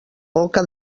boca